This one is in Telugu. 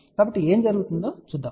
కాబట్టి ఇప్పుడు ఏమి జరుగుతుందో చూద్దాం